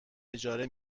اجاره